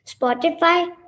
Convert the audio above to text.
Spotify